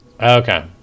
Okay